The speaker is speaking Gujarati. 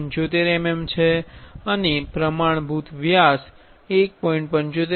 75 mm છે અને પ્રમાણભૂત સ્ટાન્ડર્ડ વ્યાસ 1